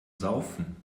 saufen